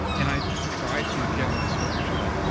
and i try to gently discourage that.